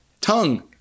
Tongue